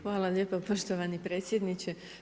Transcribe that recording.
Hvala lijepa poštovani predsjedniče.